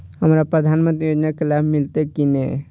हमरा प्रधानमंत्री योजना के लाभ मिलते की ने?